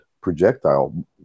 projectile